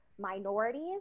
minorities